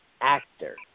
actor